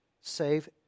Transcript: save